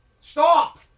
Stop